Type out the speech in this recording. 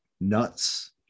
nuts